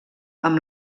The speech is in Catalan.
amb